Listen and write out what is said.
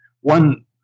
one